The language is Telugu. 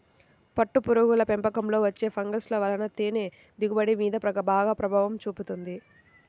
పట్టుపురుగుల పెంపకంలో వచ్చే ఫంగస్ల వలన తేనె దిగుబడి మీద గూడా ప్రభావం పడుతుంది